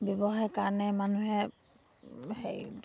ব্যৱসায় কাৰণে মানুহে হেৰি